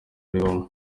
ribamo